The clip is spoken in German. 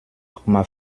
komma